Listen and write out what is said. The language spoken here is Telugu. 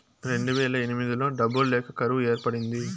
రెండువేల ఎనిమిదిలో డబ్బులు లేక కరువు ఏర్పడింది